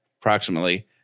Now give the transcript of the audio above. Approximately